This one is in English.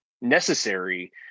necessary